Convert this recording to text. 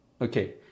okay